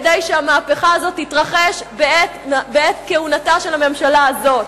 כדי שהמהפכה הזאת תתרחש בעת כהונתה של הממשלה הזאת.